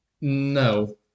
No